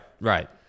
Right